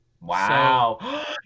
Wow